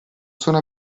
sono